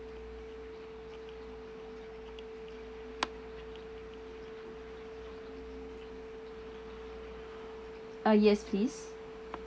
uh yes please